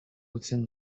within